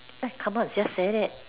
just come on just said it